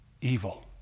Evil